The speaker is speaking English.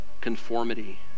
conformity